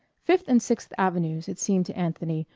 fifth and sixth avenues, it seemed to anthony,